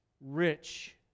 rich